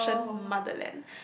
!wow!